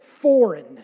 foreign